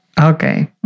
Okay